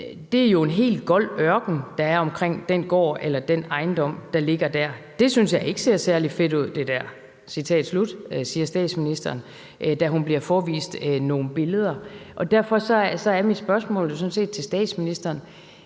»Det er jo en helt gold ørken, der er omkring den gård eller den ejendom, der ligger der. Det synes jeg ikke ser særligt fedt ud, det der.« Sådan siger statsministeren, da hun bliver forevist nogle billeder. Derfor er mit spørgsmål jo sådan set til statsministeren: